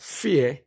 fear